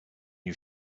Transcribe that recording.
you